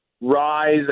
rise